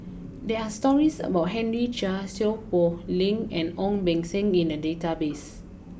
there are stories about Henry Chia Seow Poh Leng and Ong Beng Seng in the database